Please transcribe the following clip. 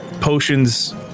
potions